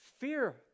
fear